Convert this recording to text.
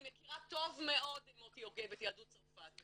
אני מכירה טוב מאוד מוטי יוגב את יהדות צרפת,